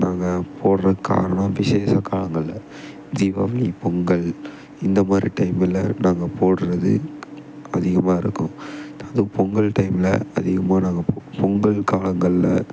நாங்கள் போடுற கரணம் விஷேச காலங்களில் தீபாவளி பொங்கல் இந்த மாதிரி டைமில் நாங்கள் போடுறது அதிகமாக இருக்கும் அதுவும் பொங்கல் டைம்மில் அதிகமாக நாங்கள் பொங்கல் காலங்களில்